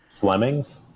Flemings